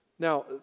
Now